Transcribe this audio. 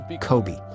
Kobe